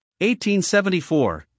1874